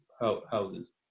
houses